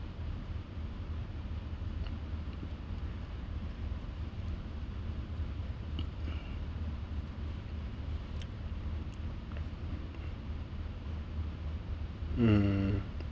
hmm